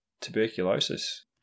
tuberculosis